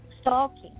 stalking